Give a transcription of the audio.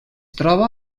troba